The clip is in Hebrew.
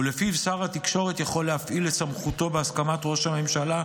ולפיו שר התקשורת יכול להפעיל את סמכותו בהסכמת ראש הממשלה,